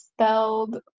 spelled